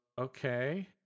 Okay